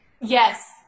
yes